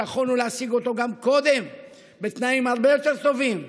שיכולנו להשיג אותו גם קודם בתנאים הרבה יותר טובים,